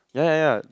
ya ya ya